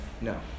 No